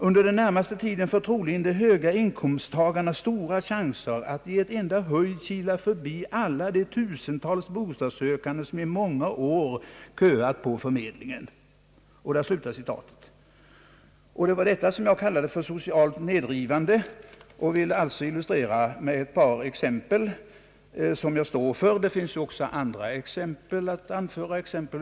Under den närmaste tiden får troligen de höga inkomsttagarna stora chanser att i ett enda huj kila förbi alla de tusentals bostadssökande som i många år köat på förmedlingen.» Detta kallar jag för socialt nedrivande, vilket jag ville visa med ett par exempel, som jag står för. Det finns andra exempel att anföra.